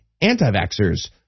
anti-vaxxers